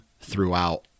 throughout